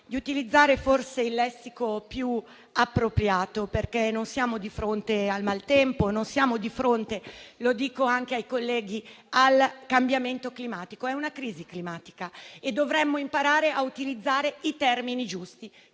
di utilizzare forse il lessico più appropriato. Non siamo infatti di fronte al maltempo o - lo dico anche ai colleghi - al cambiamento climatico: è una crisi climatica e dovremmo imparare a utilizzare i termini giusti.